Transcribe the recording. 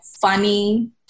funny